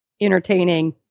entertaining